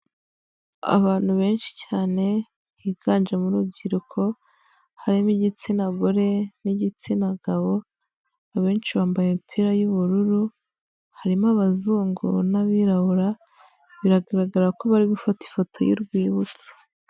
Abantu benshi cyane higanje mo urubyiruko, harimo igitsina gore n'igitsina gabo, abenshi bambaye imipira y'ubururu. Harimo abazunguru n'abirabura, biragaragara ko bari gufata ifoto y'urwibutso.